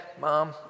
Mom